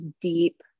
deep